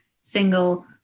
single